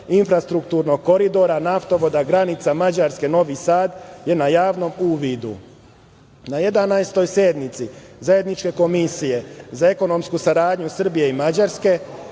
infrastrukturnog koridora naftovoda granica Mađarske-Novi Sad je na javnom uvidu. Na 11. sednici Zajedničke komisije za ekonomsku saradnju Srbije i Mađarske